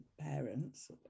parents